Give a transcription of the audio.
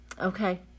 okay